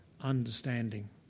understanding